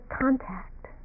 contact